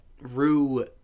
Rue